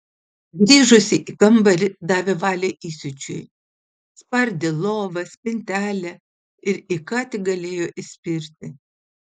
grįžusi į kambarį davė valią įsiūčiui spardė lovą spintelę ir į ką tik galėjo įspirti